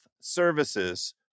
Services